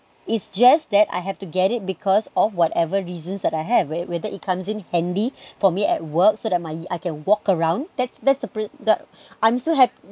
it's just that I have to get it because of whatever reasons that I have whe~ whether it comes in handy for me at work so that my I can walk around that's that's the prin~ the I'm still happy